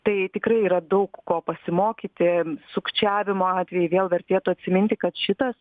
tai tikrai yra daug ko pasimokyti sukčiavimo atvejai vėl vertėtų atsiminti kad šitas